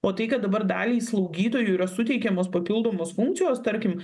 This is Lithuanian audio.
o tai kad dabar daliai slaugytojų yra suteikiamos papildomos funkcijos tarkim